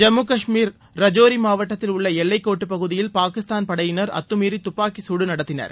ஜம்மு காஷ்மீர் ரஜோரி மாவட்டத்தில் உள்ள எல்லைக்கோட்டுப் பகுதியில் பாகிஸ்தான் படையினர் அத்துமீறி துப்பாக்கி குடு நடத்தினர்